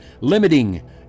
limiting